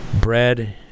bread